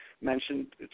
mentioned